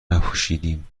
نپوشیدم